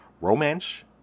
Romance